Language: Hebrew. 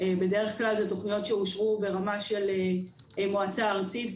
בדרך כלל אלו תוכניות שאושרו ברמה של מועצה ארצית,